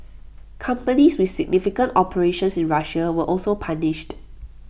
companies with significant operations in Russia were also punished